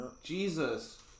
Jesus